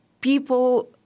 people